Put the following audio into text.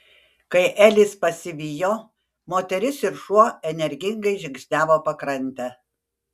kai elis pasivijo moteris ir šuo energingai žingsniavo pakrante